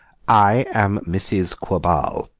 i am mrs. quabarl,